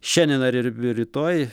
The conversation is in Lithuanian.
šiandien ar ir rytoj